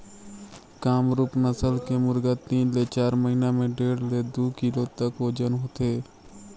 कामरूप नसल के मुरगा तीन ले चार महिना में डेढ़ ले दू किलो तक ओजन होथे